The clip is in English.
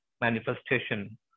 manifestation